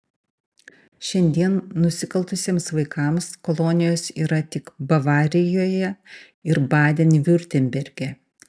šiandien nusikaltusiems vaikams kolonijos yra tik bavarijoje ir baden viurtemberge